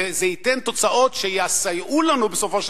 וזה ייתן תוצאות שיסייעו לנו בסופו של